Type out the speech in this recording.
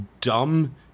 dumb